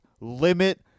limit